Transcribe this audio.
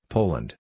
Poland